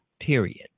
period